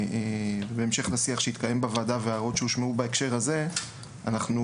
העברנו לכם תיקונים שאנחנו